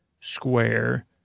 square